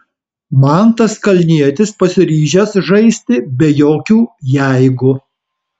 mantas kalnietis pasiryžęs žaisti be jokių jeigu